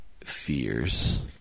fears